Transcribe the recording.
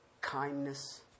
kindness